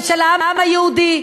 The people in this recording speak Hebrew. של העם היהודי,